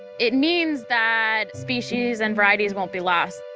it means that species and varieties won't be lost.